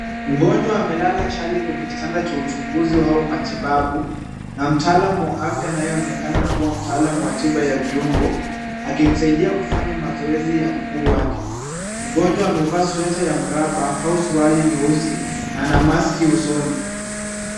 Mgonjwa amelala chali kwenye kitanda cha uchunguzi au matibabu na mtaalam wa afya anayeonekana kuwa mtaalam wa tiba ya viungo akimsaidia kufanya mazoezi ya mguu wake. Mgonjwa amevaa sweta ya mraba au suruali nyeusi na ana mask usoni.